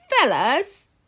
fellas